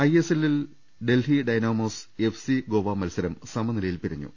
ഐഎസ്എല്ലിൽ Delhi Dynamos FC Goa മത്സരം സമനിലയിൽ പിരിഞ്ഞു